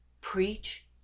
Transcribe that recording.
Preach